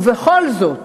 ובכל זאת,